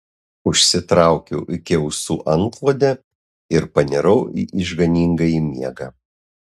užsitraukiau iki ausų antklodę ir panirau į išganingąjį miegą